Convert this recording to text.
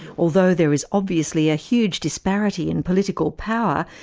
although there is obviously a huge disparity in political power,